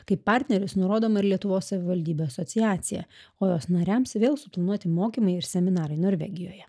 kaip partneris nurodoma ir lietuvos savivaldybių asociacija o jos nariams vėl suplanuoti mokymai ir seminarai norvegijoje